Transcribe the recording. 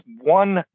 one